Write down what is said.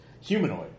Humanoid